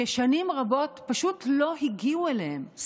ששנים רבות פשוט לא הגיעו אליהם.